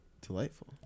Delightful